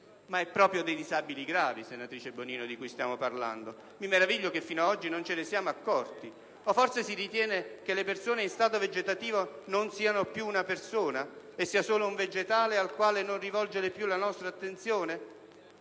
è proprio dei disabili gravi, senatrice Bonino, che stiamo parlando e mi meraviglio che, fino ad oggi, non ce ne siamo accorti; o forse si ritiene che una persona in stato vegetativo non sia più tale, ma solo un vegetale al quale non rivolgere più la nostra attenzione?